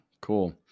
Cool